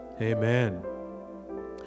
Amen